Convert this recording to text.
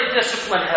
discipline